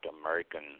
American